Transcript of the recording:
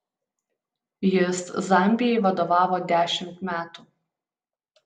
jis zambijai vadovavo dešimt metų